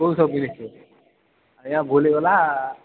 କେଉଁ ସବୁ କି ଆଜ୍ଞା ଭୁଲିଗଲା